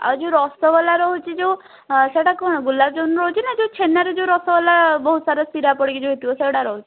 ଆଉ ଯେଉଁ ରସଗୋଲା ରହୁଛି ଯେଉଁ ସେଟା କ'ଣ ଗୁଲାବଜାମୁନ୍ ରହୁଛି ନା ଯେଉଁ ଛେନାରୁ ଯେଉଁ ରସଗୋଲା ବହୁତ ସାରା ସିରା ପଡ଼ିକି ଯେଉଁ ହେଇଥିବ ସେଗୁଡ଼ା ରହୁଛି